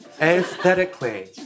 Aesthetically